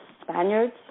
Spaniards